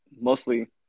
mostly